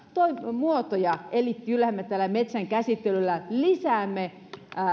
muotoja eli kyllähän me tällä metsän käsittelyllä lisäämme